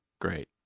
great